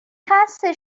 خسته